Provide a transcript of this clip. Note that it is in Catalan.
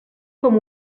com